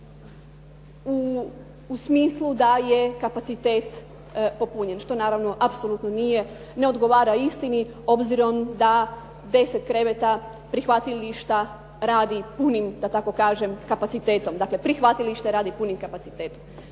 u smislu da je kapacitet popunjen, što naravno apsolutno nije ne odgovara istini. Obzirom da 10 kreveta prihvatilišta radi punim kapacitetom, dakle prihvatilište radi punim kapacitetom.